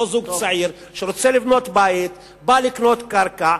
אותו זוג צעיר שרוצה לבנות בית בא לקנות קרקע,